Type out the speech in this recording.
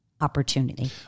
opportunity